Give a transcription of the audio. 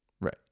right